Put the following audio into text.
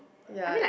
yeah